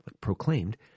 proclaimed